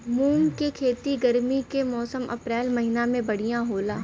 मुंग के खेती गर्मी के मौसम अप्रैल महीना में बढ़ियां होला?